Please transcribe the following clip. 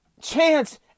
chance